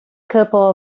couple